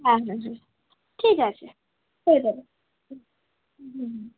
হ্যাঁ হ্যাঁ হ্যাঁ ঠিক আছে হয়ে যাবে হুম হুম হুম হুম